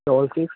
double six